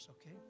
okay